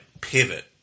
pivot